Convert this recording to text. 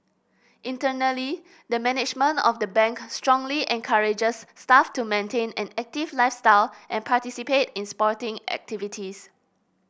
internally the management of the Bank strongly encourages staff to maintain an active lifestyle and participate in sporting activities